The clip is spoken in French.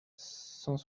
cent